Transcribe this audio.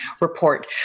report